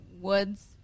woods